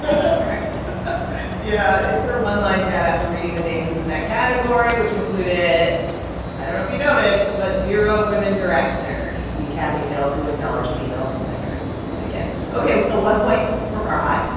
love her yeah, it's her one-line jab after reading the names in that category, which included i don't know if you noticed, but zero women directors. the academy failed to acknowledge female filmmakers yet again. ok, so one point for farhad.